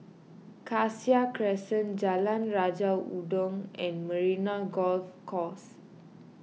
Cassia Crescent Jalan Raja Udang and Marina Golf Course